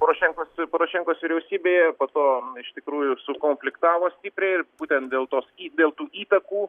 porošenkos porošenkos vyriausybėj po to iš tikrųjų sukonfliktavo stipriai ir būtent dėl tos į dėl tų įtakų